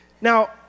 Now